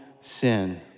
sin